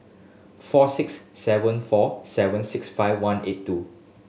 four six seven four seven six five one eight two